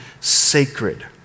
sacred